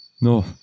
No